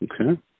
Okay